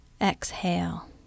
Exhale